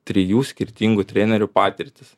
trijų skirtingų trenerių patirtis